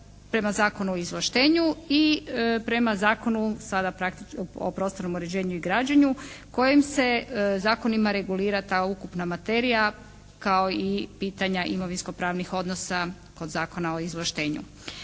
prema Zakonu o izvlaštenju i prema Zakonu sada o prostornom uređenju i građenju kojim se zakonima regulira ta ukupna materija kao i pitanja imovinsko-pravnih odnosa kod Zakona o izvlaštenju.